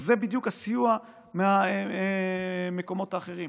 זה בדיוק הסיוע מהמקומות האחרים.